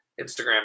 Instagram